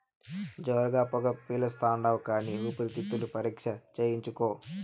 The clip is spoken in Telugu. జోరుగా పొగ పిలిస్తాండావు కానీ ఊపిరితిత్తుల పరీక్ష చేయించుకో